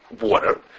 water